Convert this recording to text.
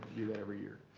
do that every year.